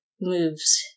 moves